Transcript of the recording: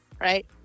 right